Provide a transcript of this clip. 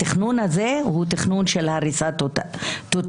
התכנון הזה הוא תכנון של הריסה טוטלית.